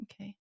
Okay